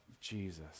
Jesus